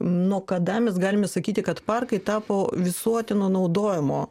nuo kada mes galime sakyti kad parkai tapo visuotino naudojimo